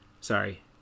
sorry